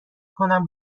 کنم